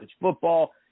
football